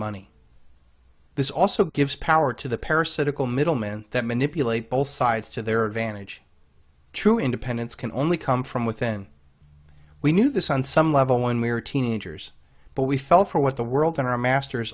money this also gives power to the parasitical middle men that manipulate both sides to their advantage true independence can only come from within we knew this on some level when we were teenagers but we felt for what the world and our masters